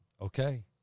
okay